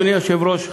אדוני היושב-ראש,